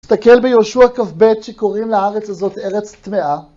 תסתכל ביהושוע כ"ב שקוראים לארץ הזו ארץ טמעה